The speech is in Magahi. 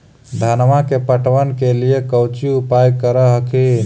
धनमा के पटबन के लिये कौची उपाय कर हखिन?